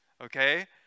okay